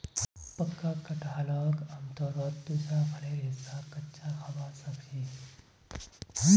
पक्का कटहलक आमतौरत दूसरा फलेर हिस्सा कच्चा खबा सख छि